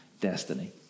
destiny